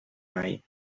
mai